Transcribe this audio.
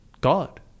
God